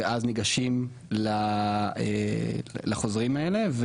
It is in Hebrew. ואז ניגשים לחוזרים האלה,